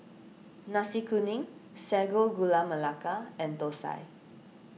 Nasi Kuning Sago Gula Melaka and Thosai